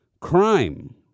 crime